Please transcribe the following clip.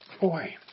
boy